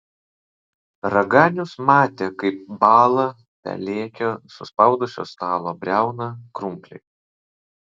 raganius matė kaip bąla pelėkio suspaudusio stalo briauną krumpliai